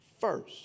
first